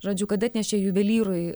žodžiu kad atnešė juvelyrui